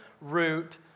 root